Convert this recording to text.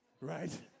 right